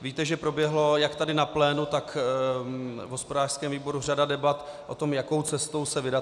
Víte, že proběhla jak tady na plénu, tak v hospodářském výboru řada debat o tom, jakou cestou se vydat.